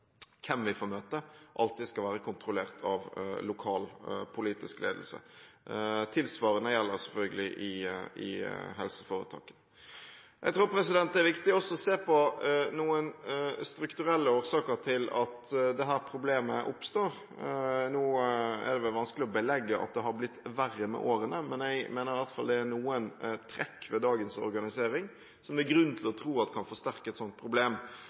hvem vi får møte, alltid skal være kontrollert av lokalpolitisk ledelse. Tilsvarende gjelder selvfølgelig i helseforetak. Jeg tror det er viktig også å se på noen strukturelle årsaker til at dette problemet oppstår. Nå er det vel vanskelig å belegge at det har blitt verre med årene, men jeg mener i hvert fall at det er noen trekk ved dagens organisering som det er grunn til å tro kan forsterke et sånt problem.